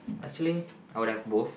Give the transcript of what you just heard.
actually I would have both